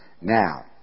Now